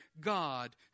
God